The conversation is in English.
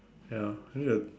ya I need a